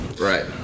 Right